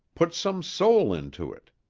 put some soul into it.